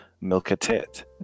Milk-a-tit